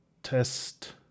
test